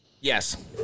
Yes